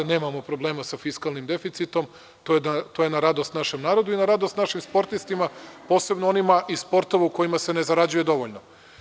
Nemamo probleme sa fiskalnim deficitom, to je na radost našem narodu i na radost našim sportistima, posebno onima iz sportova u kojima se ne zarađuje dovoljno.